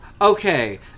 Okay